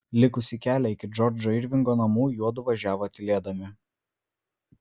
likusį kelią iki džordžo irvingo namų juodu važiavo tylėdami